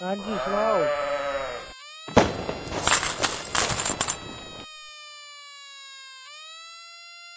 आं जी सनाओ